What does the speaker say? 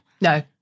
No